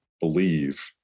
believe